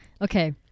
Okay